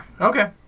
Okay